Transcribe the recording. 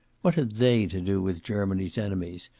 what had they to do with germany's enemies,